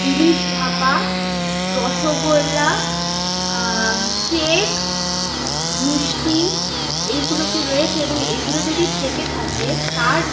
ইলিশ ভাপা রসগোল্লা কেক মিষ্টি এইগুলো কি রয়েছে এবং এইগুলো যদি থেকে থাকে তার